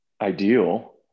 ideal